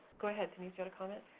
go ahead, denise, you had a comment?